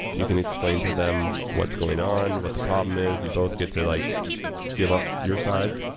you can explain to them what's going on, what the problem is, you both get to like give ah your sides